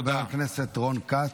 חבר הכנסת רון כץ,